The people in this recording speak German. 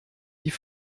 die